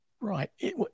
Right